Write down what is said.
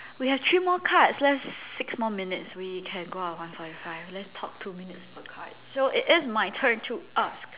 we have three more cards left six more minutes we can go out at one forty five let's talk two minutes per card so it is my turn to ask